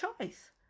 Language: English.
choice